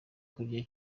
kurya